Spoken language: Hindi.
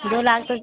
दो लाख तो